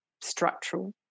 structural